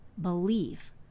Believe